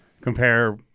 compare